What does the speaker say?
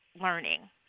learning